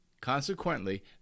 consequently